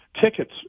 tickets